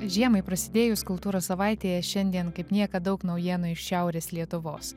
žiemai prasidėjus kultūros savaitėje šiandien kaip niekad daug naujienų iš šiaurės lietuvos